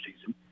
season